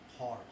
Hard